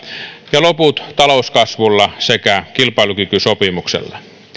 ja loput talouskasvulla sekä kilpailukykysopimuksella